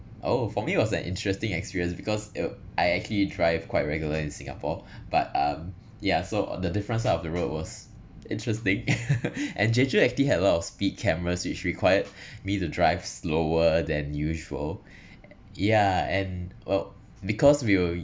oh for me it was an interesting experience because it'll I actually drive quite regularly in singapore but um yeah so on the different side of the road was interesting and jeju actually had a lot of speed cameras which required me to drive slower than usual yeah and well because we were